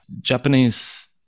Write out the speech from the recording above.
Japanese